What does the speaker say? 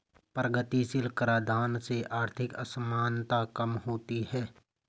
प्रगतिशील कराधान से आर्थिक असमानता कम होती है